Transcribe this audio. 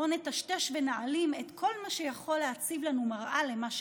בואו נטשטש ונעלים את כל מה שיכול להציב לנו מראה למה שקורה: